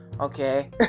Okay